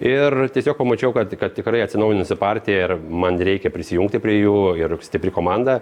ir tiesiog pamačiau kad tikrai atsinaujinusi partija ir man reikia prisijungti prie jų ir stipri komanda